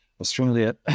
Australia